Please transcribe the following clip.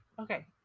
Okay